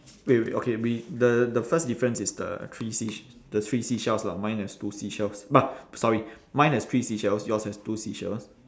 wait wait okay we the the first difference is the three seas~ the three seashells lah mine has two seashells sorry mine has three seashells yours has two seashells